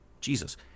Jesus